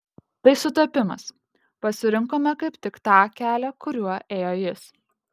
tai sutapimas pasirinkome kaip tik tą kelią kuriuo ėjo jis